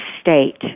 state